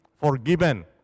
forgiven